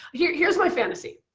yeah here's my fantasy,